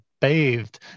bathed